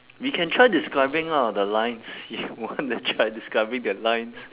we can try describing ah the lines you wanna try describing the lines